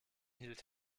hielt